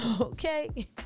Okay